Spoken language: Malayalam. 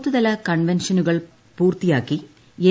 ബൂത്തുതല കൺവെൻഷനുകൾ പൂർത്തിയാക്കി എൽ